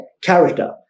character